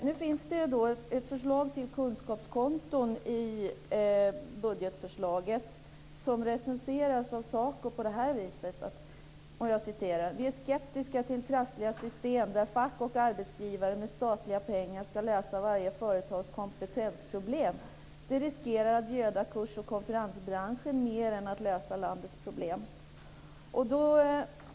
Nu finns det ett förslag till kunskapskonton i budgetförslaget, som recenseras så här av SACO: "Vi är skeptiska till trassliga system där fack och arbetsgivare med statliga pengar ska lösa varje företags kompetensproblem. Det riskerar att göda kurs och konferensbranschen mer än att lösa landets problem."